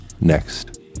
next